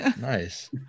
Nice